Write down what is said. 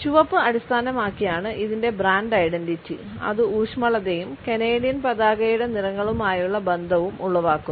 ചുവപ്പ് അടിസ്ഥാനമാക്കിയാണ് ഇതിന്റെ ബ്രാൻഡ് ഐഡന്റിറ്റി അത് ഊഷ്മളതയും കനേഡിയൻ പതാകയുടെ നിറങ്ങളുമായുള്ള ബന്ധവും ഉളവാക്കുന്നു